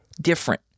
different